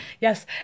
Yes